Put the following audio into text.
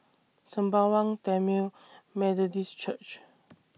Sembawang Tamil Methodist Church